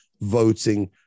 voting